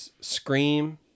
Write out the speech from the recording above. Scream